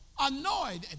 Annoyed